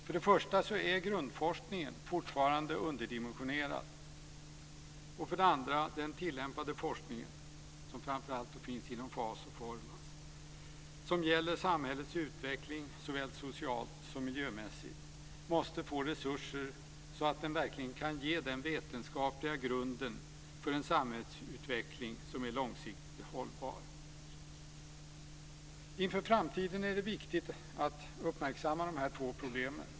För det första är grundforskningen fortfarande underdimensionerad. För det andra måste den tillämpade forskningen, som framför allt finns inom FAS och Formas och som gäller samhällets utveckling såväl socialt som miljömässigt, få resurser så att den verkligen kan ge den vetenskapliga grunden för en samhällsutveckling som är långsiktigt hållbar. Inför framtiden är det viktigt att uppmärksamma de här två problemen.